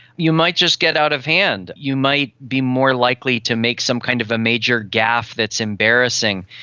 you might just get out of hand, you might be more likely to make some kind of a major gaff that's embarrassing.